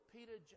Peter